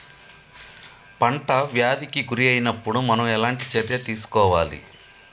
పంట వ్యాధి కి గురి అయినపుడు మనం ఎలాంటి చర్య తీసుకోవాలి?